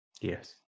Yes